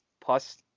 plus